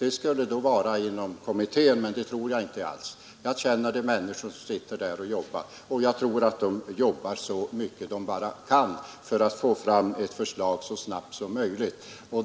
Det skulle i så fall vara inom kommittén, men det tror jag inte alls; jag känner de människor som arbetar i kommittén, och jag tror de jobbar så mycket de bara kan för att få fram ett förslag så snabbt som möjligt. Så till herr Mundebo.